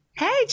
Hey